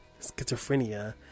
schizophrenia